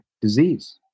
disease